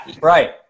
right